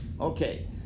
Okay